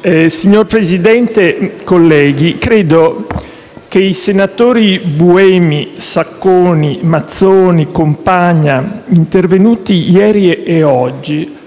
*(PD)*. Signor Presidente, colleghi, credo che i senatori Buemi, Sacconi, Mazzoni e Compagna, intervenuti ieri e oggi,